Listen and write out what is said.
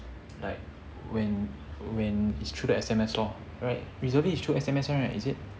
like when when is through the S_M_S lor right reservist is through S_M_S right is it